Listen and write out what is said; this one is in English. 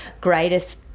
greatest